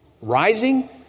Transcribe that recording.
rising